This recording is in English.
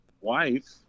wife